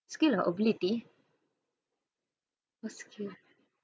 skill and ability what skill